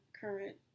current